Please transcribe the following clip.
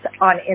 on